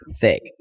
thick